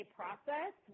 process